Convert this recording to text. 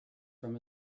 from